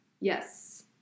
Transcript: Yes